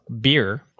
beer